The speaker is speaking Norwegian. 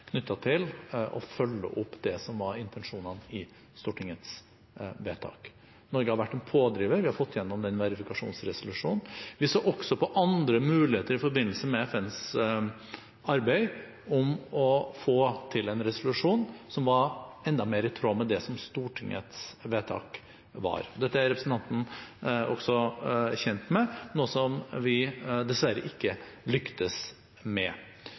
knyttet til å følge opp intensjonene i Stortingets vedtak. Norge har vært en pådriver og fått gjennom den verifikasjonsresolusjonen. Vi så også på andre muligheter i forbindelse med FNs arbeid for å få til en resolusjon som var enda mer i tråd med Stortingets vedtak – dette er representanten også kjent med – noe som vi dessverre ikke lyktes med.